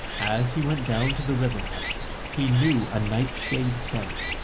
as he went down to the river-hut he knew a night-shade scent,